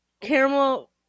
Caramel